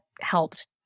helped